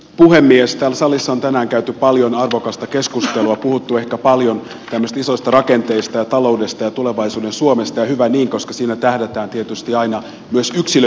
täällä salissa on tänään käyty paljon arvokasta keskustelua puhuttu ehkä paljon tämmöisistä isoista rakenteista ja taloudesta ja tulevaisuuden suomesta ja hyvä niin koska siinä tähdätään tietysti aina myös yksilön hyvinvointiin